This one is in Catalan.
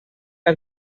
que